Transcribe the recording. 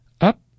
up